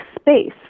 space